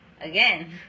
again